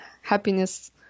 happiness